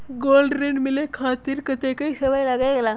Gold ऋण मिले खातीर कतेइक समय लगेला?